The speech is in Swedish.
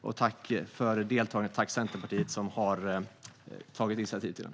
Tack till er som deltog och tack, Centerpartiet, som tog initiativ till den!